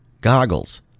goggles